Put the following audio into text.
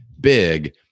big